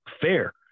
Fair